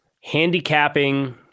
handicapping